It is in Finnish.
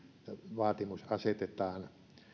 vaatimus asetetaan